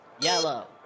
yellow